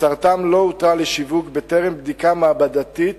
תוצרתם לא אושרה לשיווק בטרם בדיקה מעבדתית